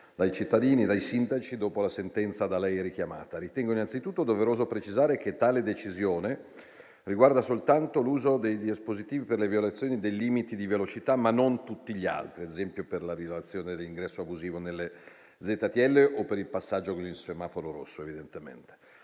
dai cittadini e dai sindaci dopo la sentenza richiamata. Ritengo innanzitutto doveroso precisare che tale decisione riguarda soltanto l'uso dei dispositivi per le violazioni dei limiti di velocità, ma non tutti gli altri, come ad esempio per la rivelazione di ingresso abusivo nelle ZTL o per il passaggio con il semaforo rosso, evidentemente.